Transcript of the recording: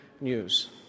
news